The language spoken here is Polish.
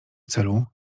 celu